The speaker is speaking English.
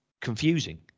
confusing